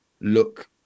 look